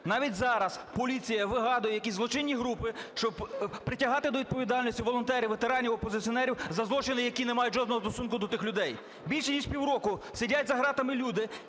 Навіть зараз поліція вигадує якісь злочинні групи, щоб притягати до відповідальності волонтерів, ветеранів, опозиціонерів за злочини, які не мають жодного стосунку до тих людей. Більше ніж півроку сидять за ґратами люди,